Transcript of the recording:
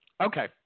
Okay